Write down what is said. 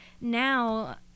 now